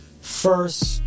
first